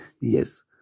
Yes